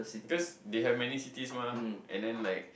cause they have many cities mah and then like